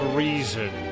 reason